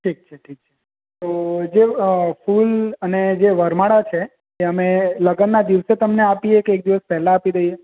ઠીક છે ઠીક છે તો જે ફૂલ અને જે વરમાળા છે એ અમે લગનના દિવસે તમને આપીએ કે એક દિવસ પહેલા આપી દઈએ